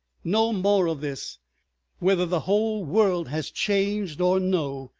no more of this whether the whole world has changed or no,